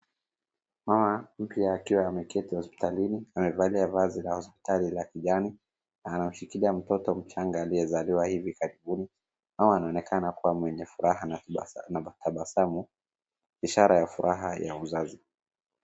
Mama mpya akiwa ameketi hospitalini anavalia vazi la hospitali la kijani, anashikilia mtoto mchanga aliyezaliwa hivi karibuni, au anaonekana kuwa mwenye furaha na tabasamu ishara ya furaha ya uzazi.